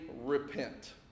repent